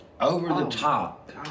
over-the-top